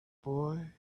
boy